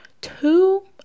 two